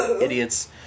idiots